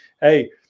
hey